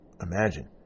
imagine